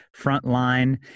frontline